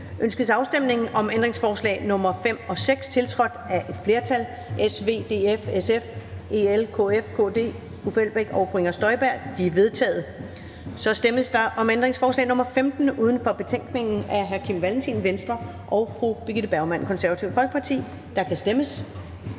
Ønskes afstemning om ændringsforslag nr. 5 og 6, tiltrådt af et flertal (S, V, DF, SF, EL, KF, KD, Uffe Elbæk (UFG) og Inger Støjberg (UFG))? De er vedtaget. Så stemmes der om ændringsforslag nr. 15 uden for betænkningen af hr. Kim Valentin (V) og fru Birgitte Bergman (KF), og der kan stemmes.